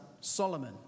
Solomon